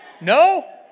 No